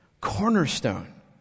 cornerstone